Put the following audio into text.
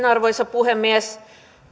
arvoisa puhemies